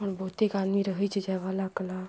आओर बहुते आदमी रहै छै जयमाला काल